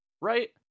Right